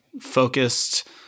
focused-